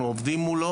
אנחנו עובדים מול,